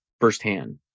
firsthand